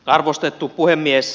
arvostettu puhemies